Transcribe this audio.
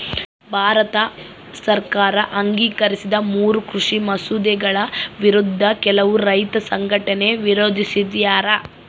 ಭಾರತ ಸರ್ಕಾರ ಅಂಗೀಕರಿಸಿದ ಮೂರೂ ಕೃಷಿ ಮಸೂದೆಗಳ ವಿರುದ್ಧ ಕೆಲವು ರೈತ ಸಂಘಟನೆ ವಿರೋಧಿಸ್ಯಾರ